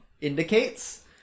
indicates